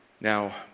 Now